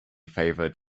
favored